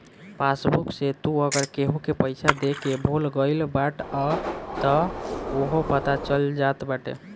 passbook से तू अगर केहू के पईसा देके भूला गईल बाटअ तअ उहो पता चल जात बाटे